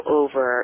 over